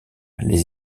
les